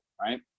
right